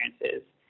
experiences